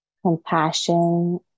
Compassion